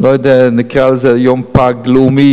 אני לא יודע, נקרא לזה "יום פג לאומי".